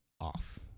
off